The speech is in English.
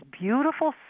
beautiful